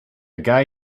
guy